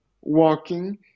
walking